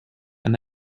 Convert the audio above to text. and